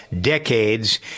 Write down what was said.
decades